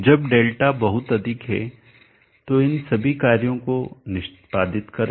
जब डेल्टा बहुत अधिक है तो इन सभी कार्यों को निष्पादित करें